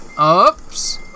Oops